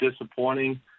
disappointing